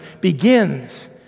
begins